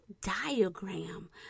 diagram